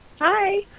Hi